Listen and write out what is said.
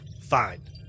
Fine